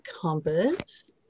compass